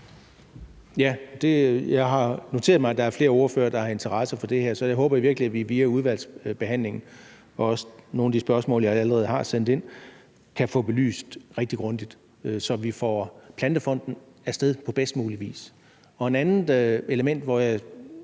Jeg har noteret mig, at der er flere ordførere, der har interesse for det her, så jeg håber virkelig, at vi via udvalgsbehandlingen og også ud fra nogle af de spørgsmål, jeg allerede har sendt ind, kan få det belyst rigtig grundigt, så vi får Plantefonden i gang på bedst mulig vis. Et andet element, som jeg